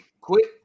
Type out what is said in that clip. quit